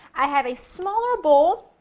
i have a smaller bowl,